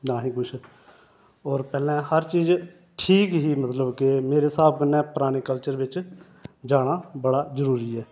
नां ई किश होर पैह्लें हर चीज ठीक ही मतलब कि मेरे स्हाब कन्नै पराने कल्चर बिच जाना बड़ा जरूरी ऐ